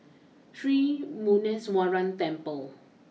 Sri Muneeswaran Temple